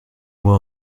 moi